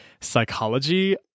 psychology